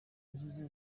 nziza